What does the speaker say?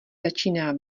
začíná